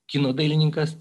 kino dailininkas